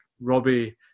Robbie